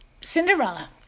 Cinderella